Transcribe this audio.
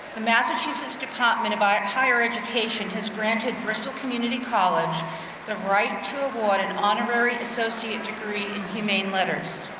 the massachusetts department of ah higher education has granted bristol community college the right to award an honorary associate degree in humane letters.